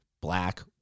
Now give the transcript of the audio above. black